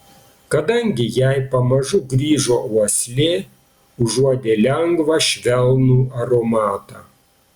kadangi jai pamažu grįžo uoslė užuodė lengvą švelnų aromatą